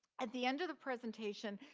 at the end of the presentation,